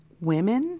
women